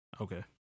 Okay